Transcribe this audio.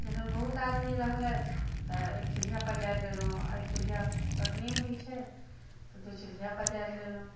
जखन बहुत आदमी रहलथि तऽ एकचूल्हिआ पजारि लेलहुॅं आ एकचूल्हिआ पर नहि होइ छै तऽ दूचूल्हिआ पजारि लेलहुॅं